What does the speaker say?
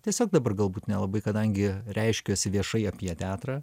tiesiog dabar galbūt nelabai kadangi reiškiuosi viešai apie teatrą